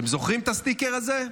אתם זוכרים את הסטיקר הזה?